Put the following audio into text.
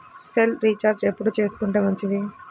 Cell recharge ఎప్పుడు చేసుకొంటే మంచిది?